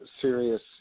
serious